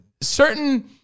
certain